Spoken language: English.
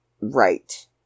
right